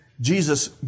Jesus